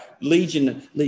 Legion